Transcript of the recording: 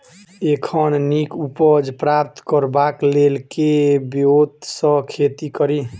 एखन नीक उपज प्राप्त करबाक लेल केँ ब्योंत सऽ खेती कड़ी?